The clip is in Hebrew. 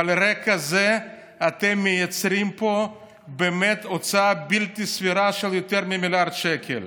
ועל רקע זה אתם מייצרים פה הוצאה בלתי סבירה של יותר ממיליארד שקל.